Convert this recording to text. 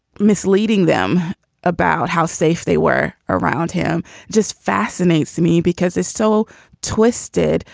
misleading them about how safe they were around him just fascinates me because it's so twisted